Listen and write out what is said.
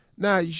Now